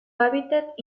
hábitat